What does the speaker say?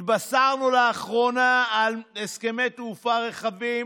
התבשרנו לאחרונה על הסכמי תעופה רחבים